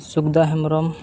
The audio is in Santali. ᱥᱩᱠᱫᱟᱹ ᱦᱮᱢᱵᱽᱨᱚᱢ